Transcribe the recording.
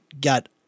got